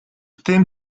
tym